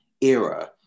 era